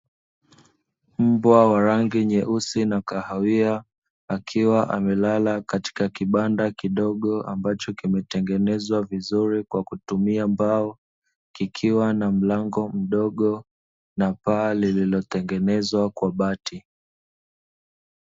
Mbwa wa rangi nyeusi na kahawia akiwa amelala katika kibanda kidogo, ambacho kimetengenezwa vizuri kwa kutumia mbao, kikiwa na mlango mdogo na paa lililotengenezwa kwa bati.